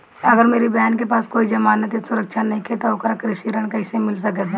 अगर मेरी बहन के पास कोई जमानत या सुरक्षा नईखे त ओकरा कृषि ऋण कईसे मिल सकता?